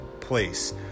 place